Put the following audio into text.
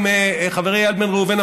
חברי איל בן ראובן,